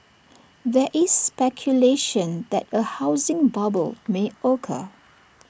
there is speculation that A housing bubble may occur